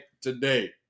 today